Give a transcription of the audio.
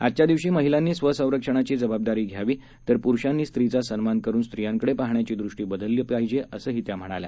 आजच्या दिवशी महिलांनी स्वसंरक्षणाची जबाबदारी घ्यावी तर पुरूषांनी स्त्रीचा सन्मान करुन रित्रयांकडे पाहण्याची दृष्टी बदलली पाहिजे असंही त्या म्हणाल्या